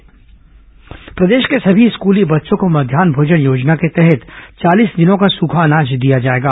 स्कूली बच्चे सूखा राशन प्रदेश के सभी स्कूली बच्चों को मध्यान्ह भोजन योजना के तहत चालीस दिनों का सूखा अनाज दिया जाएगा